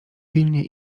pilnie